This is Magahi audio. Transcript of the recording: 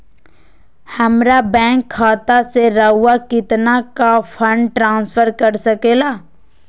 हमरा बैंक खाता से रहुआ कितना का फंड ट्रांसफर कर सके ला?